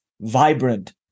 vibrant